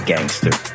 Gangster